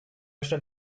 stand